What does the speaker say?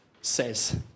says